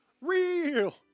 Real